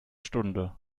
stunde